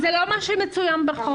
זה לא מה שמצוין בחוק.